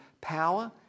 power